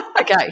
Okay